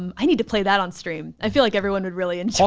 um i need to play that on stream. i feel like everyone would really and so